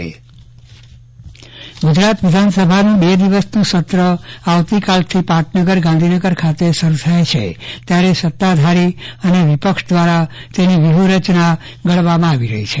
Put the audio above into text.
ચંદ્રવદન પટ્ટણી વિધાનસભા સત્ર ગુજરાત વિધાનસભાનું બે દિવસનું સત્ર આવતીકાલથી પાટનગર ગાંધીનગર ખાતે શરૂ થાય છે ત્યારે સત્તાધારી અને વિપક્ષ દ્વારા તેની વ્યૂહરચના ઘડવામાં આવી રહી છે